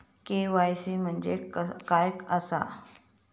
KYC म्हणजे काय आसा?